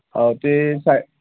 हां ते हां ते साइड़